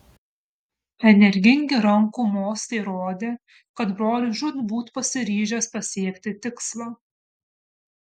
energingi rankų mostai rodė kad brolis žūtbūt pasiryžęs pasiekti tikslą